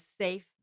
safe